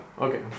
Okay